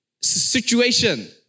situation